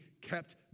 kept